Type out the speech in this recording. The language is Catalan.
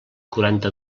quaranta